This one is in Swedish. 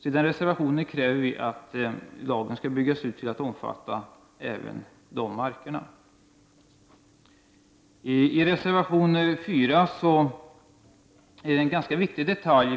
I reservation 3 kräver vi därför att lagen skall byggas ut till att omfatta även dessa marker. I reservation 4 tar vi upp en ganska viktig detalj.